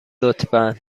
لطفا